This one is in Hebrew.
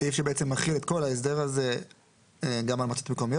סעיף שבעצם מכיל את כל ההסדר הזה גם על מועצות מקומיות.